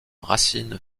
racines